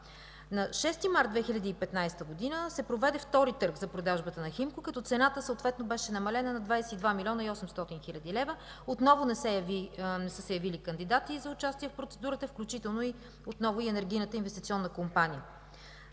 На 6 март 2015 г. се проведе втори търг за продажбата на „Химко”, като цената съответно беше намалена на 22 млн. 800 хил. лв. Отново не са се явили кандидати за участие в процедурата, включително и Енергийната инвестиционна компания.